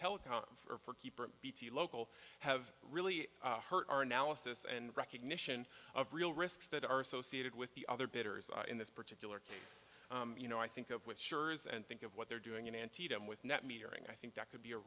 telecom for bt local have really hurt our analysis and recognition of real risks that are associated with the other bidders in this particular case you know i think of what sure is and think of what they're doing in anti them with net metering i think that could be a